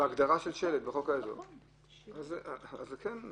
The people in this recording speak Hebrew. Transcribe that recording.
אם כך,